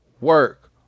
work